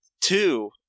Two